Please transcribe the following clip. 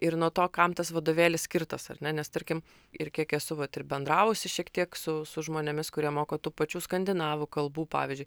ir nuo to kam tas vadovėlis skirtas ar ne nes tarkim ir kiek esu vat ir bendravusi šiek tiek su su žmonėmis kurie moko tų pačių skandinavų kalbų pavyzdžiui